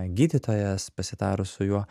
gydytojas pasitarus su juo